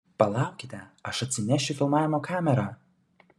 palaukite aš atsinešiu filmavimo kamerą